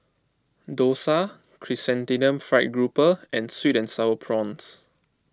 Dosa Chrysanthemum Fried Grouper and Sweet and Sour Prawns